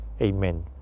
Amen